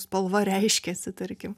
spalva reiškiasi tarkim